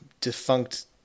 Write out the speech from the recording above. defunct